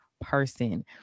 person